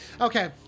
Okay